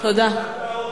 יכול להיות שאת לא התכוונת,